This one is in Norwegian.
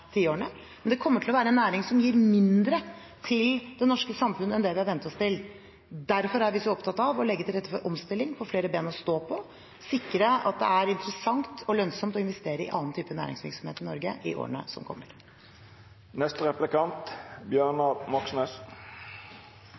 tiårene, men det kommer til å være en næring som gir mindre til det norske samfunnet enn det vi har vent oss til. Derfor er vi så opptatt av å legge til rette for omstilling, få flere ben å stå på, sikre at det er interessant og lønnsomt å investere i annen type næringsvirksomhet i Norge i årene som